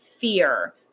fear